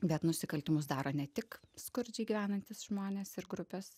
bet nusikaltimus daro ne tik skurdžiai gyvenantys žmonės ir grupės